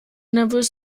nervös